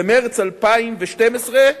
במרס 2012,